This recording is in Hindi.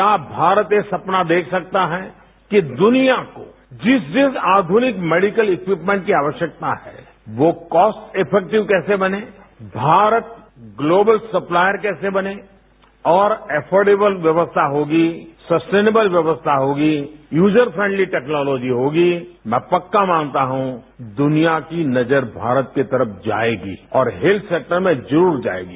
क्या भारत ये सपना देख सकता है कि दुनिया को जिस जिस आधुनिक मेडिकल इक्विपमेंट की आवश्यकता है वो कॉस्ट इफेक्टिव कैसे बने भारत ग्लोबल सप्लायर कैसे बने और अफॉरडेबल व्यवस्था होगी सस्टेनेबल व्यवस्था होगी यूजर फ्रेंडली टेक्नॉलॉजी होगीय मैं पक्का मानता हूं दुनिया की नजर भारत की तरफ जाएगी और हेत्थ सेक्टर में जरूर जाएगी